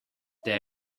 der